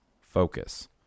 focus